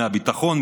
מהביטחון,